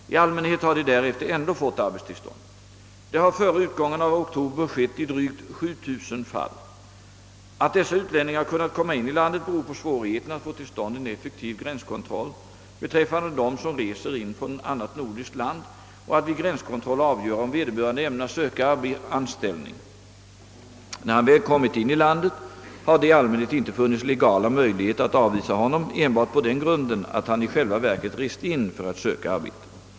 I allmänhet har de därefter ändå fått arbetstillstånd. Det har före utgången av oktober skett i drygt 7 000 fall. Att dessa utlänningar har kunnat komma in i landet beror på svårigheten att få till stånd en effektiv gränskontroll beträffande dem som reser in från annat nordiskt land och att vid gränskontroll avgöra om vederbörande ämnar söka anställning. När han väl har kommit in i landet har det i allmänhet inte funnits legala möjligheter att avvisa honom enbart på den grunden att han i själva verket rest in för att söka arbete.